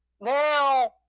now